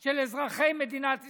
של אזרחי מדינת ישראל,